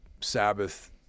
Sabbath